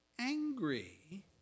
angry